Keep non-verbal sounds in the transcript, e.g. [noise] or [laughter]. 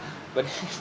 [breath] but [laughs]